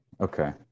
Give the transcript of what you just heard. Okay